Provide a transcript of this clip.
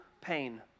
pain